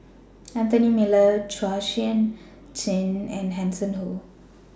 Anthony Miller Chua Sian Chin and Hanson Ho